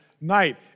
night